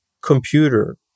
computer